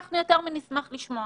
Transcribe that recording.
אנחנו יותר מנשמח לשמוע.